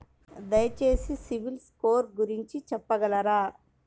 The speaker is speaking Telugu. దయచేసి సిబిల్ స్కోర్ గురించి చెప్పగలరా?